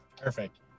Perfect